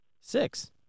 six